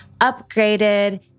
upgraded